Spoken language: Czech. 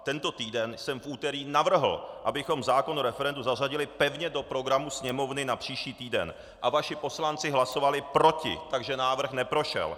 Tento týden jsem v úterý navrhl, abychom zákon o referendu zařadili pevně do programu Sněmovny na příští týden, a vaši poslanci hlasovali proti, takže návrh neprošel.